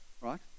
right